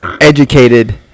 educated